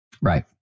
Right